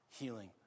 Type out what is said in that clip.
healing